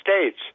States